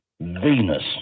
Venus